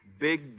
Big